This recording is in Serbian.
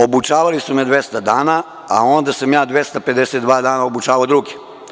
Obučavali su me 200 dana, a onda sam ja 252 dana obučavao druge.